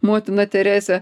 motina terese